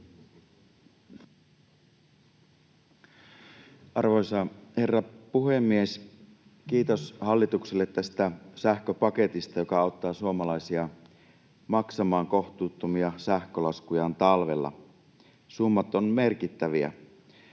Arvoisa herra puhemies! Kiitos hallitukselle tästä sähköpaketista, joka auttaa suomalaisia maksamaan kohtuuttomia sähkölaskujaan talvella. Summat ovat merkittäviä.